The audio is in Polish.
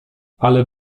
ale